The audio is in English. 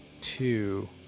two